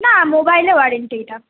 না মোবাইলের ওয়ারেন্টি এটা